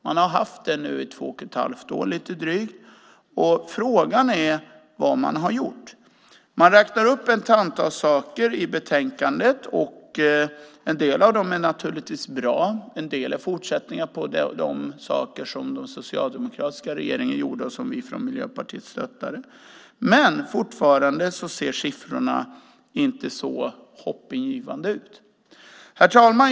Man har haft chansen i lite drygt två och ett halvt år, och frågan är vad man har gjort. Man räknar upp ett antal saker i betänkandet. En del av dem är naturligtvis bra, och en del är fortsättningar på det som den socialdemokratiska regeringen gjorde och som vi från Miljöpartiet stöttade. Men siffrorna ser fortfarande inte så hoppingivande ut. Herr talman!